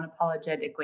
unapologetically